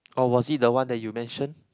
or was it that one that you mention